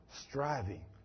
Striving